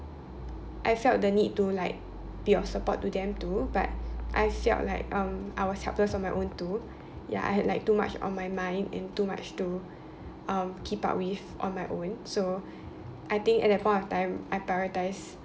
I felt the need to like be of support to them too but I felt like um I was helpless on my own too ya I had like too much on my mind and too much to um keep up with on my own so I think at that point of time I prioritise